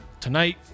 Tonight